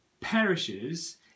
perishes